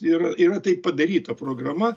ir yra taip padaryta programa